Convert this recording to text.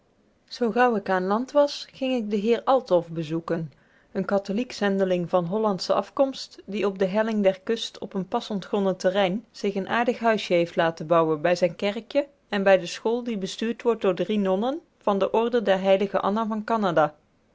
zoo gauw ik aan land was ging ik den heer althoff bezoeken een katholiek zendeling van hollandsche afkomst die op de helling der kust op een pas ontgonnen terrein zich een aardig huisje heeft laten bouwen bij zijn kerkje en bij de school die bestuurd wordt door drie nonnen van de orde der heilige anna van canada